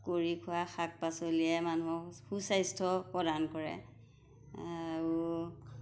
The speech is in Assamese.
কৰি খোৱা শাক পাচলিয়ে মানুহক সুস্বাস্থ্য প্ৰদান কৰে আৰু